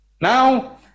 Now